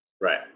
Right